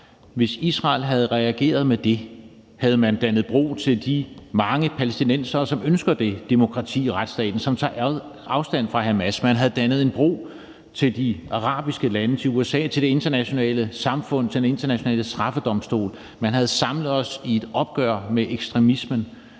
Hvis Israel havde reageret med det, havde man dannet bro til de mange palæstinensere, som ønsker demokratiet og retsstaten, og som tager afstand fra Hamas. Man havde dannet en bro til de arabiske lande, til USA, til det internationale samfund og til den internationale straffedomstol. Man havde samlet os i et opgør med ekstremismen